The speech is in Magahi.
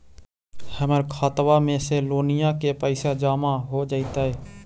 हमर खातबा में से लोनिया के पैसा जामा हो जैतय?